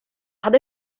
hade